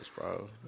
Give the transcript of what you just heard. bro